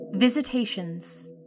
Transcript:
Visitations